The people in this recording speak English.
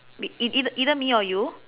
eit~ either either me or you